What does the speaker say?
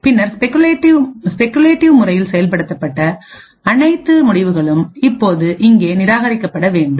பின்னர் ஸ்பெகுலேட் முறையில் செயல்படுத்தப்பட்ட அனைத்து முடிவுகளும் இப்போது இங்கே நிராகரிக்கப்பட வேண்டும்